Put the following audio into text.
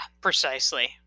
precisely